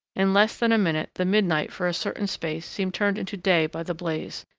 in less than a minute the midnight for a certain space seemed turned into day by the blaze,